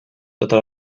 tota